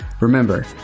Remember